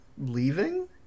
leaving